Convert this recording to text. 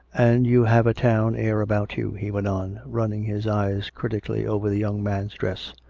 and you have a town air about you, he went on, running his eyes critically over the young man's dress.